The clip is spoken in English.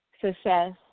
success